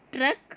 truck